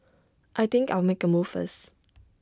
I think I'll make A move first